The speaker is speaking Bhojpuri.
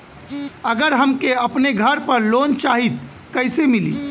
अगर हमके अपने घर पर लोंन चाहीत कईसे मिली?